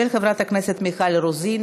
של חברת הכנסת מיכל רוזין.